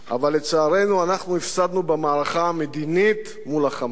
אבל לצערנו אנחנו הפסדנו במערכה המדינית מול ה"חמאס".